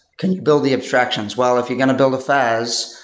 can you build the abstractions? well, if you're going to build a faas,